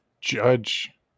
judge